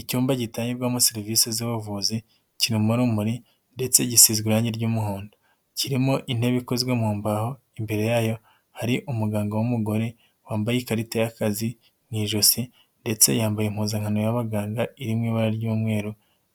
Icyumba gitangirwabwamo serivisi z'abavuzi kirumo urumuri ndetse gisize irangi ry'umuhondo, kirimo intebe ikozwe mu mbaho imbere yayo hari umuganga w'umugore wambaye ikarita y'akazi mu ijosi ndetse yambaye impuzankano y'abaganga iri mu ibara ry'umweru,